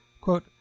Quote